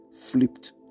flipped